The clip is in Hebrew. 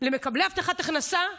למקבלי הבטחת הכנסה ולחד-הוריות.